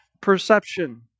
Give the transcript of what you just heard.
perception